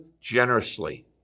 generously